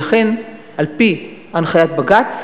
ולכן על-פי הנחיית בג"ץ